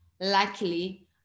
luckily